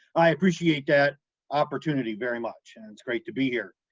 i appreciate that opportunity very much. and it's great to be here.